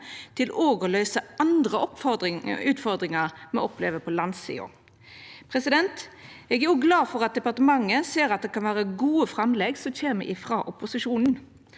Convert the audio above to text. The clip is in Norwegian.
til å løysa andre utfordringar me opplever på landsida. Eg er glad for at departementet ser at det kan vera gode framlegg som kjem frå opposisjonen.